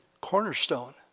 cornerstone